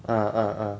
ah ah ah